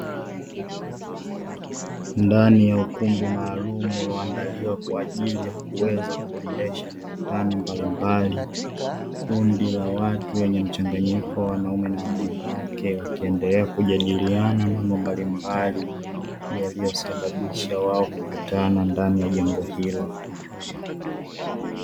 Ndani ya ukumbi maalumu ulioandaliwa kwaajili ya kuweza kuendesha mikutano mbalimbali, kundi la watu wenye mchanganyiko wanaume na wanawake wakiendelea kujadiliana mambo mbalimbali yaliyosababisha wao kukutana ndani ya jengo hilo.